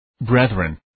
brethren